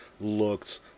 looked